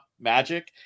magic